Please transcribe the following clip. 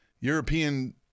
European